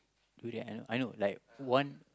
durian I I know like one